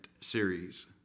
series